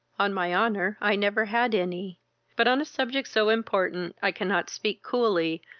on my honour, i never had any but, on a subject so important, i cannot speak coolly,